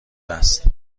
است